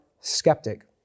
skeptic